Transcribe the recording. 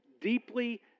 deeply